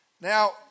Now